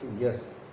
Yes